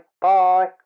Bye